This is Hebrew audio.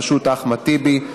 בראשות אחמד טיבי,